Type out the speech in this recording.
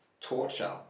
torture